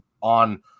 on